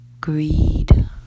greed